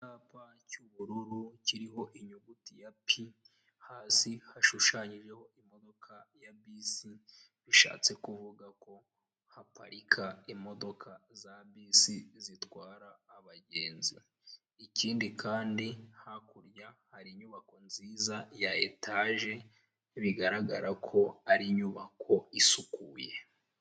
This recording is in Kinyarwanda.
Icyapa cy'ubururu kiriho inyuguti ya pi hasi hashushanyijeho imodoka ya bisi bishatse kuvuga ko haparika imodoka za bisi zitwara abagenzi ikindi kandi hakurya hari inyubako nziza ya etage bigaragara ko ari inyubako isukuye.